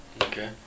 Okay